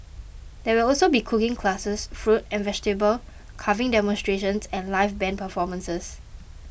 there will also be cooking classes fruit and vegetable carving demonstrations and live band performances